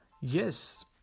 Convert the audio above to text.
Yes